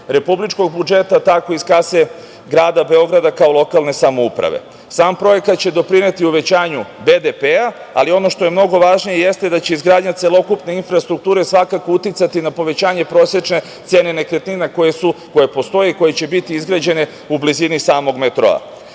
republičkog budžeta, tako iz kase Grada Beograda kao lokalne samouprave. Sam projekat će doprineti povećanju BDP, ali ono što je mnogo važnije jeste da će izgradnja celokupne infrastrukture svakako uticati na povećanje prosečne cene nekretnina koje postoje i koje će biti izgrađene u blizini samog metroa. Jedan